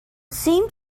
seemed